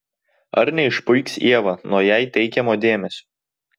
ar neišpuiks ieva nuo jai teikiamo dėmesio